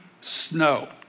snow